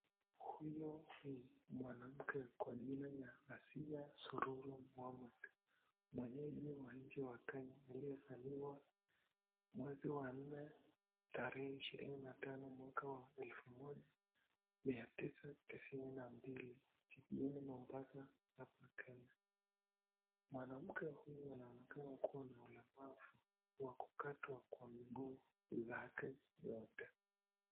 Huyu ni mwanamke kwa jina ya Asia Sururu Mohammed, mwenyeji wa nchi wa Kenya, aliyezaliwa mwezi wa nne tarehe ishirini na tano mwaka wa elfu moja mia tisa tisini na mbili mjijini Mombasa, hapa Kenya. Mwanamke huyu anaonekana kuwa na ulemavu wa kukatwa kwa miguu wake yote.